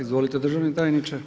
Izvolite državni tajniče.